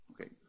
okay